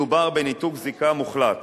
מדובר בניתוק זיקה מוחלט